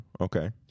Okay